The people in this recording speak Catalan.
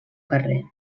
carrer